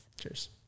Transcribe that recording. Cheers